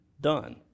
done